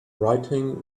writing